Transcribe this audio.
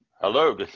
Hello